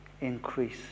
increase